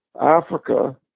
Africa